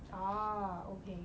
ah okay